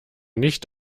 nicht